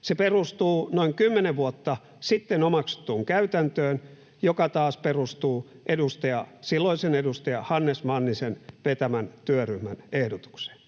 Se perustuu noin kymmenen vuotta sitten omaksuttuun käytäntöön, joka taas perustuu silloisen edustaja Hannes Mannisen vetämän työryhmän ehdotukseen.